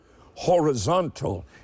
horizontal